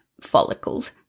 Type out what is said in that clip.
follicles